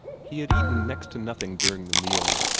he had eaten next to nothing during the meal,